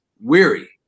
weary